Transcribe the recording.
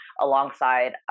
alongside